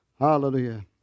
Hallelujah